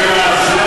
רוצחי